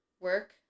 work